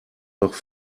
doch